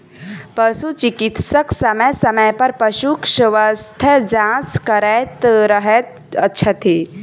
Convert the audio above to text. पशु चिकित्सक समय समय पर पशुक स्वास्थ्य जाँच करैत रहैत छथि